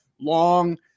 long